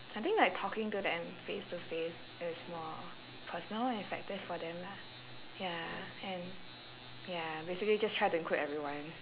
I think like talking to them face to face is more personal and effective for them lah ya and ya basically just try to include everyone